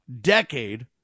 decade